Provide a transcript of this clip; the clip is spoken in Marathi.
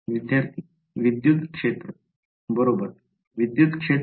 विद्यार्थीः विद्युत क्षेत्र